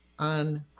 on